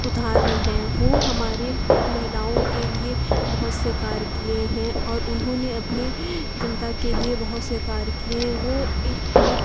اداہرن ہیں وہ ہمارے مہیلاؤں کے لیے بہت سے کار کیے ہیں اور انہوں نے اپنے جنتا کے لیے بہت سے کار کیے ہیں وہ ایک بہت